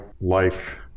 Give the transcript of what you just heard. life